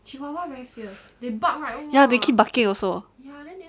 ya they keep barking also